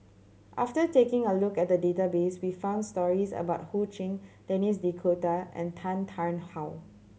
after taking a look at the database we found stories about Ho Ching Denis D'Cotta and Tan Tarn How